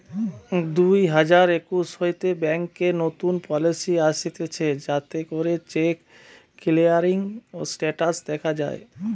দুই হাজার একুশ হইতে ব্যাংকে নতুন পলিসি আসতিছে যাতে করে চেক ক্লিয়ারিং স্টেটাস দখা যায়